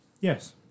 Yes